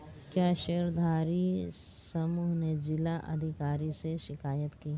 क्या शेयरधारी समूह ने जिला अधिकारी से शिकायत की?